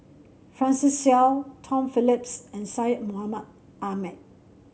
Francis Seow Tom Phillips and Syed Mohamed Ahmed